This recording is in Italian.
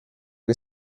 che